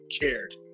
cared